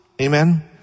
Amen